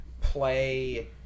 play